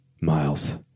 Miles